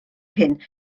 hyn